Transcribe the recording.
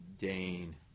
dane